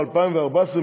ב-2014,